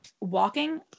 Walking